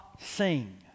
Sing